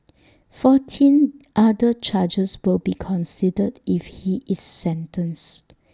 fourteen other charges will be considered when if he is sentenced